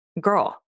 Girl